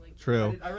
true